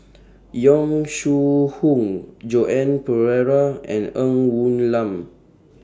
Yong Shu Hoong Joan Pereira and Ng Woon Lam